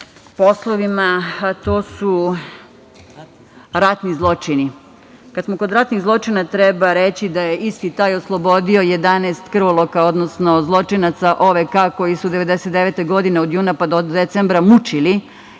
smo kod ratnih zločina, treba reći da je isti taj oslobodio 11 krvoloka odnosno zločinaca OVK koji su 1999. godine, od juna pa do decembra, mučili